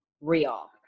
real